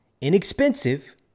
inexpensive